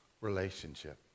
relationship